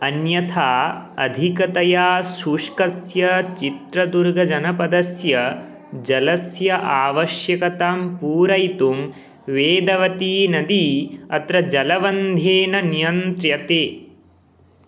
अन्यथा अधिकतया शुष्कस्य चित्रदुर्गजनपदस्य जलस्य आवश्यकतां पूरयितुं वेदवती नदी अत्र जलबन्धेन नियन्त्र्यते